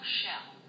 shell